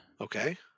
Okay